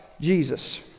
Jesus